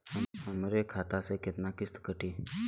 हमरे खाता से कितना किस्त कटी?